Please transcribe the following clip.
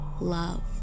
love